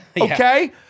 okay